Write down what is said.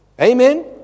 Amen